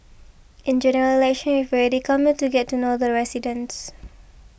in General Election we've already come here to get to know the residents